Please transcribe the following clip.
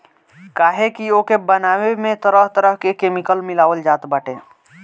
काहे की ओके बनावे में तरह तरह के केमिकल मिलावल जात बाटे